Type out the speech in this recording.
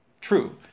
True